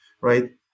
right